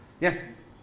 Yes